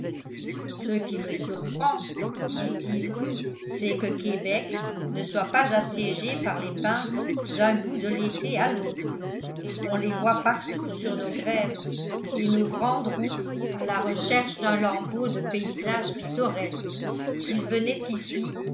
ce qui me surprend dit-il c'est que québec ne soit pas assiégé par les peintres d'un bout de l'été à l'autre on les voit partout sur nos grèves et nos grandes routes à la recherche d'un lambeau de paysage pittoresque s'ils venaient ici